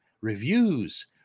reviews